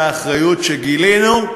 והאחריות שגילינו,